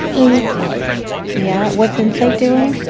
insight yeah. what's insight doing?